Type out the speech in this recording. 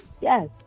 Yes